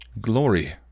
Glory